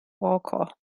walker